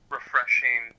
Refreshing